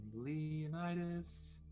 Leonidas